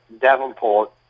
Davenport